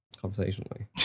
Conversationally